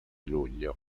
luglio